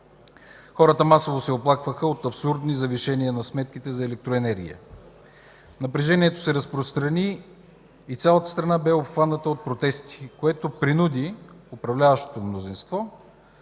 Хората масово се оплакваха от абсурдни завишения на сметките за електроенергия. Напрежението се разпространи и цялата страна бе обхваната от протести, което принуди управляващото мнозинство